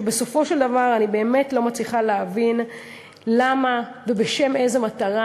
שבסופו של דבר אני באמת לא מצליחה להבין למה ובשם איזו מטרה